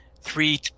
three